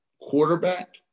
quarterback